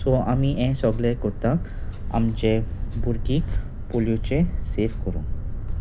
so आमी हें सोगळें कोताक आमचे भुरगींक पोलियोचे सेफ करूं